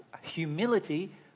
humility